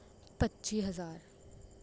ਪੱਚੀ ਹਜ਼ਾਰ